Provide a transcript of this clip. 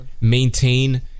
maintain